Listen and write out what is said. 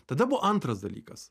tada buvo antras dalykas